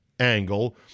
angle